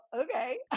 okay